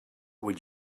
would